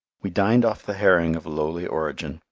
we dined off the herring of lowly origin,